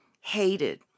hated